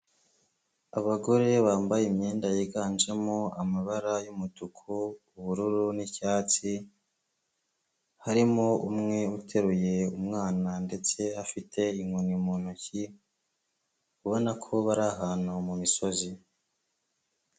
Abagore bambaye imyenda yiganjemo amabara y'umutuku, ubururu n'icyatsi, harimo umwe uteruye umwana ndetse afite inkoni mu ntoki, ubona ko bari ahantu mu misozi.